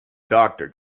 doctor